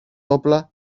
όπλα